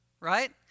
Right